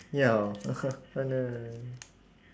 ya oh no